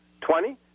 twenty